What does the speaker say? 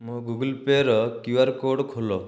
ମୋ Google Pay' ର Q R code ଖୋଲ